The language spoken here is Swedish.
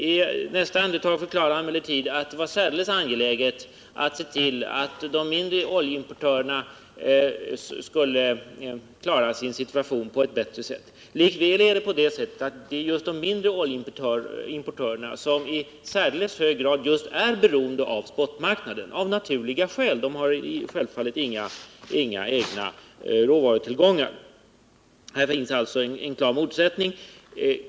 I nästa andetag förklarade han emellertid att det var särdeles angeläget att se till att de mindre oljeimportörerna kan klara sin situation på ett bättre sätt. Likväl är det just de mindre importörerna som i särskilt hög grad just är beroende av spot-marknaden — av naturliga skäl. De har självfallet inga egna råvarutillgångar. Här finns alltså en klar motsättning.